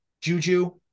Juju